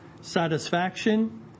satisfaction